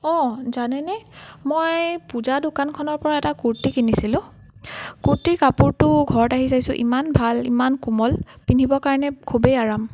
অ'হ জানেনে মই পূজা দোকানখনৰপৰা এটা কুৰ্টি কিনিছিলোঁ কুৰ্টি কাপোৰটো ঘৰত আহি চাইছোঁ ইমান ভাল ইমান কোমল পিন্ধিবৰ কাৰণে খুবেই আৰাম